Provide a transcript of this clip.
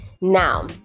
now